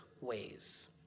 ways